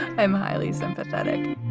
i'm highly sympathetic